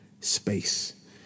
space